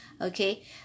Okay